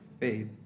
faith